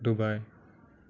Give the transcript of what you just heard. Dubai